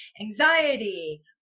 anxiety